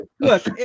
look